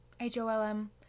h-o-l-m